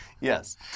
Yes